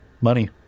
Money